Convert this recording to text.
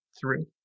three